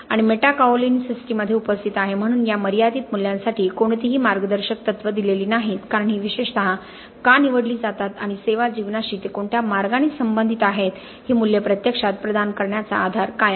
आणि मेटाकाओलिन सिस्टीममध्ये उपस्थित आहे म्हणून या मर्यादित मूल्यांसाठी कोणतीही मार्गदर्शक तत्त्वे दिलेली नाहीत कारण ही विशेषत का निवडली जातात आणि सेवा जीवनाशी ते कोणत्या मार्गाने संबंधित आहेत ही मूल्ये प्रत्यक्षात प्रदान करण्याचा आधार काय आहे